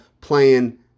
playing